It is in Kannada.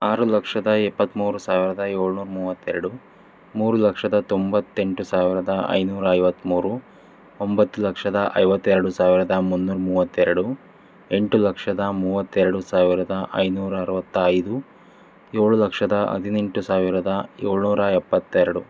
ಆರು ಲಕ್ಷದ ಇಪ್ಪತ್ಮೂರು ಸಾವಿರದ ಏಳುನೂರಾ ಮೂವತ್ತೆರಡು ಮೂರು ಲಕ್ಷದ ತೊಂಬತ್ತೆಂಟು ಸಾವಿರದ ಐನೂರ ಐವತ್ಮೂರು ಒಂಬತ್ತು ಲಕ್ಷದ ಐವತ್ತೆರಡು ಸಾವಿರದ ಮುನ್ನೂರ ಮೂವತ್ತೆರಡು ಎಂಟು ಲಕ್ಷದ ಮೂವತ್ತೆರಡು ಸಾವಿರದ ಐನೂರ ಅರವತ್ತ ಐದು ಏಳು ಲಕ್ಷದ ಹದಿನೆಂಟು ಸಾವಿರದ ಏಳುನೂರಾ ಎಪ್ಪತ್ತೆರಡು